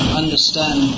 understand